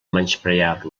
menysprear